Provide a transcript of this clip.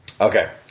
okay